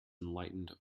enlightened